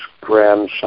grandson